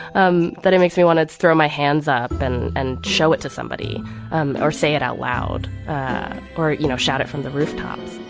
um it makes me want to throw my hands up and and show it to somebody um or say it out loud or, you know, shout it from the rooftops